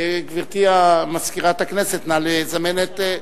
גברתי מזכירת הכנסת, נא לזמן את,